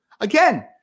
Again